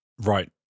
Right